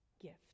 gift